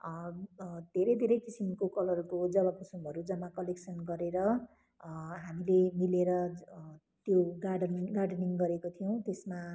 धेरै धेरै किसिमको कलरको जवाकुसुमहरू जम्मा कलेक्सन गरेर हामीले मिलेर त्यो गार्डन गार्डेनिङ गरेको थियौँ त्यसमा